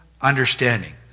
understanding